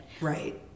Right